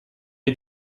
est